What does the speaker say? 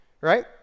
right